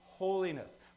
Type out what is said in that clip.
Holiness